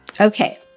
Okay